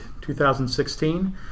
2016